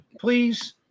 Please